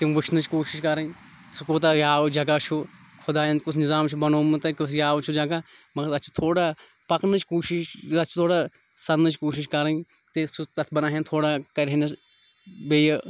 تِم وٕچھنٕچ کوٗشِش کَرٕنۍ سُہ کوٗتاہ یاوٕ جگہ چھُ خۄدایَن کُس نِظام چھِ بَنومُت چھُ تَتہِ کُس یاوٕ چھُ جگہ مگر تَتھ چھِ تھوڑا پَکنٕچ کوٗشِش یا چھِ تھوڑا سَننٕچ کوٗشِش کَرٕنۍ تی سُہ تَتھ بَناوہن تھوڑا کَرہنَس بیٚیہِ